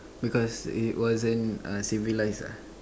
because it wasn't uh civilize ah